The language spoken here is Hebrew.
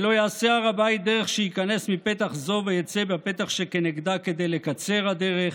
ולא יעשה הר הבית דרך שייכנס מפתח זו ויצא בפתח שכנגדה כדי לקצר הדרך,